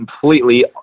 completely